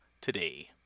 today